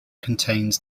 contains